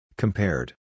Compared